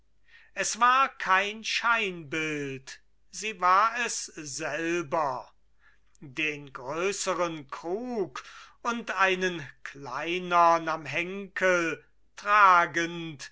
es war kein scheinbild sie war es selber den größeren krug und einen kleinern am henkel tragend